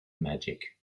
magic